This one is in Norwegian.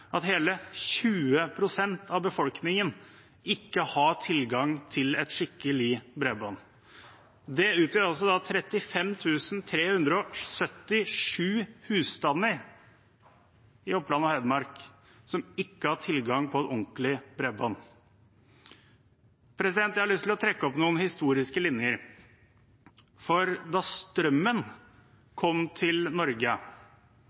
hele 20 pst. av befolkningen ikke tilgang på et skikkelig bredbånd. Det er altså 35 377 husstander i Oppland og Hedmark som ikke har tilgang på et ordentlig bredbånd. Jeg har lyst til å trekke opp noen historiske linjer. Da strømmen kom til Norge,